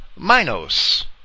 Minos